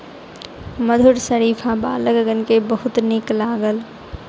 मधुर शरीफा बालकगण के बहुत नीक लागल